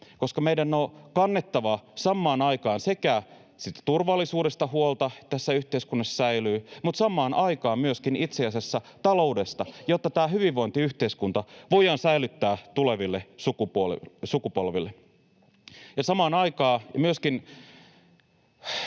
koska meidän on kannettava samaan aikaan huolta sekä turvallisuudesta, että se tässä yhteiskunnassa säilyy, että myöskin itse asiassa taloudesta, jotta tämä hyvinvointiyhteiskunta voidaan säilyttää tuleville sukupolville. Samaan aikaan voin